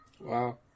Wow